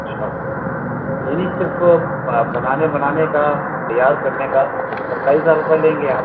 اچھا یہی صرف بنانے بنانے کا تیار کرنے کا ستائیس ہزار روپے لیں گے آپ